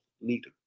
leader